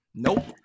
nope